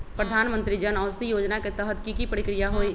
प्रधानमंत्री जन औषधि योजना के तहत की की प्रक्रिया होई?